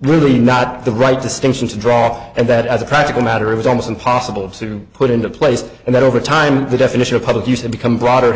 really not the right distinction to draw and that as a practical matter it was almost impossible of soon put into place and that over time the definition of public use had become broader